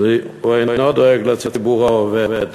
הוא אינו דואג לציבור העובד.